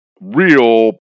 real